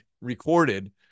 recorded